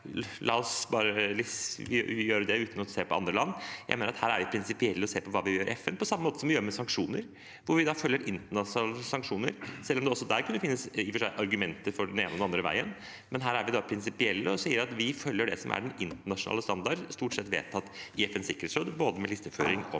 la oss gjøre det – uten å se på andre land. Jeg mener at her er vi prinsipielle og ser på hva FN gjør, på samme måte som vi gjør det med sanksjoner, hvor vi følger internasjonale sanksjoner, selv om det også der i og for seg kunne finnes argumenter den ene eller den andre veien. Men her er vi da prinsipielle og sier at vi følger det som er den internasjonale standarden, stort sett vedtatt i FNs sikkerhetsråd, både med listeføringen og med